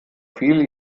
viele